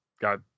got